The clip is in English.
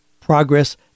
progress